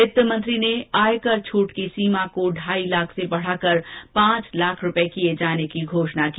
वित्त मंत्री ने आयकर छूट की सीमा को ढाई लाख से बढ़ाकर पांच लाख करने की घोषणा की